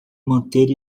manter